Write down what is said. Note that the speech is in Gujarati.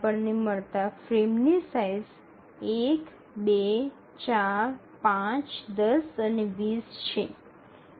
આપણને મળતા ફ્રેમની સાઇઝ ૧ ૨ ૪ ૫ ૧0 અને ૨0 છે